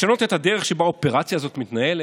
לשנות את הדרך שבה האופרציה הזאת מתנהלת,